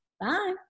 Bye